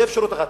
זו אפשרות אחת.